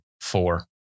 Four